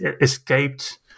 escaped